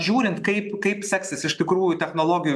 žiūrint kaip kaip seksis iš tikrųjų technologijų